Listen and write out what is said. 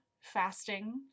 fasting